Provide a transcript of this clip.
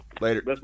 Later